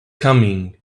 coming